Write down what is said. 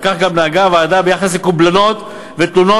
וכך גם נהגה הוועדה ביחס לקובלנות ותלונות